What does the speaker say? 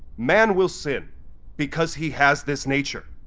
man will sin because he has this nature.